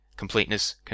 completeness